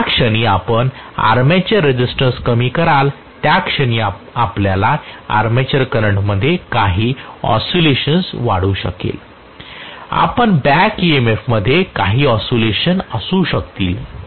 ज्या क्षणी आपण आर्मेचर रेझिस्टन्स कमी कराल त्या क्षणी आपल्याला आर्मेचर करंटमध्ये काही ऑसिलेशन वाटू शकेल आपण बॅक एम्फमध्ये काही ऑसिलेशन असू शकतील